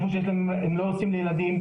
שבו לא עושים לילדים.